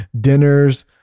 dinners